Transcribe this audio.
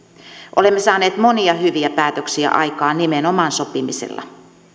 olemme saaneet monia hyviä päätöksiä aikaan nimenomaan sopimisella